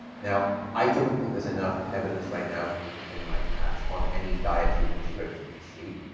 now i don't think there's enough evidence right now for me to hang my hat on any dietary prescription for sleep.